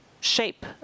shape